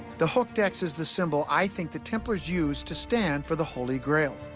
the hooked x is the symbol i think the templars used to stand for the holy grail.